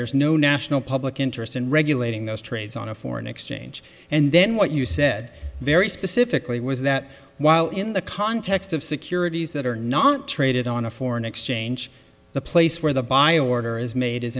there is no national public interest in regulating those trades on a foreign exchange and then what you said very specifically was that while in the context of securities that are not traded on a foreign exchange the place where the bio order is made is